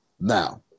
Now